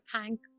thank